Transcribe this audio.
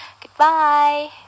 Goodbye